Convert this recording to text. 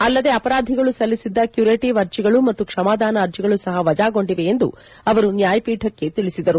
ಅಲ್ಲದೆ ಅಪರಾಧಿಗಳು ಸಲ್ಲಿಸಿದ್ದ ಕ್ಕುರೇಟಿವ್ ಅರ್ಜಿಗಳು ಮತ್ತು ಕ್ಷಮಾದಾನ ಅರ್ಜಿಗಳು ಸಪ ವಜಾಗೊಂಡಿವೆ ಎಂದು ಅವರು ನ್ವಾಯಪೀಠಕ್ಕೆ ತಿಳಿಸಿದರು